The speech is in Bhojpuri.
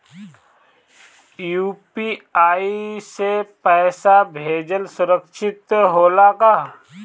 यू.पी.आई से पैसा भेजल सुरक्षित होला का?